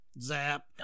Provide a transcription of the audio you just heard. zap